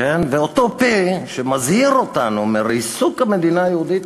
ואותו פה שמזהיר אותנו מריסוק המדינה היהודית